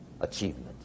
achievement